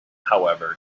however